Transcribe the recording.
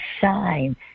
shine